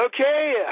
okay